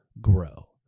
grow